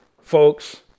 folks